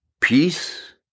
peace